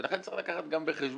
לכן צריך להביא בחשבון,